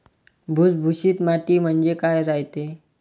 भुसभुशीत माती म्हणजे काय रायते?